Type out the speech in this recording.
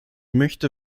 möchte